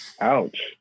Ouch